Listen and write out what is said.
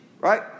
right